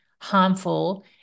harmful